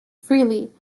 freely